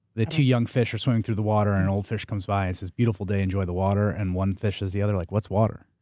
the two young fish are swimming through the water and an old fish comes by and says, beautiful day, enjoy the water. and one fish says to the other, like what's water?